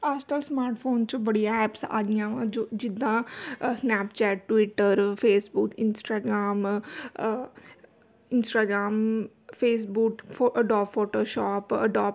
ਅੱਜ ਕੱਲ੍ਹ smart phone 'ਚ ਬੜੀਆ ਐਪਸ ਆ ਗਈਆਂ ਵਾ ਜੋ ਜਿੱਦਾਂ Snapchat Twitter Facebook Instagram Instagram Facebook ਫੋ ਅਡੋਬ ਫੋਟੋਸ਼ੋੋਪ ਅਡੋਪ